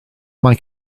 mae